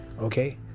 okay